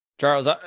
Charles